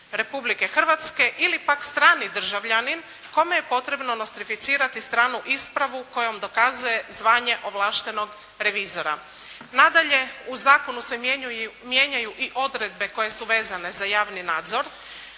Republike Hrvatske ili pak strani državljanin kome je potrebno nostrificirati stranu ispravu kojom dokazuje zvanje ovlaštenog revizora. Nadalje u zakonu se mijenjaju i odredbe koje su vezane za javni nadzor.